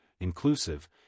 inclusive